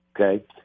Okay